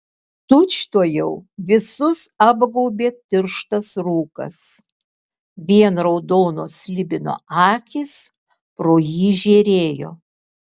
tučtuojau visus apgaubė tirštas rūkas vien raudonos slibino akys pro jį žėrėjo